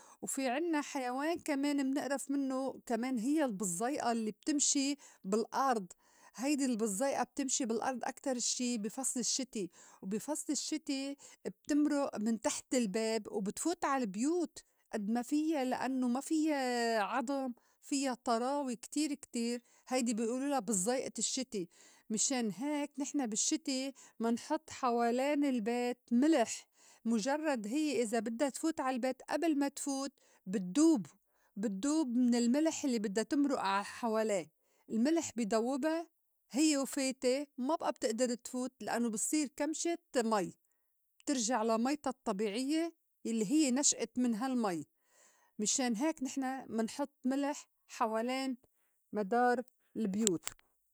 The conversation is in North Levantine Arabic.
وفي عِنّا حيوان كمان منئرف منّو كمان هيّ البزّيئة الّي بتمشي بالأرض هيدي البزّيئة بتمشي بالأرض أكتر الشّي بي فصل الشِّتي وبي فصل الشِّتي ابتمرُء من تحت الباب وبتفوت عالبيوت أد ما فِيّا لأنّو ما فِيّا عضم فِيّا طراوة كتير كتير هيدي بي أولولا بزّيئة الشّتي مِشان هيك نحن بالشِّتي منحُط حوالين البيت مِلح مُجرّد هيّ إذا بدّا تفوت عالبيت أبل ما تفوت بي دْوب بِي دْوب من الملح الّي بدّا تِمرُء ع حواليه الملح بي دوّبا هيّ و فايتة ما بئى بتِأدِر تفوت لإنّو بتصير كمشة مي بتِرْجَع لَميْتا الطّبيعيّة يلّي هيّ نشأت من هالمي مِشان هيك نحن منحُط ملِح حوالين مدار البيوت.